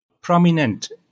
prominent